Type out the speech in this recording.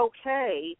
okay